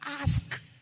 ask